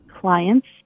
clients